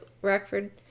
Rockford